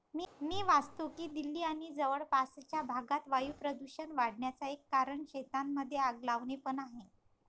मी वाचतो की दिल्ली आणि जवळपासच्या भागात वायू प्रदूषण वाढन्याचा एक कारण शेतांमध्ये आग लावणे पण आहे